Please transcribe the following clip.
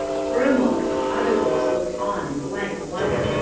for a moment the other girls looked on in blank wonder,